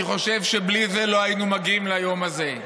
אני חושב שבלי זה לא היינו מגיעים ליום הזה.